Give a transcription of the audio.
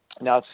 now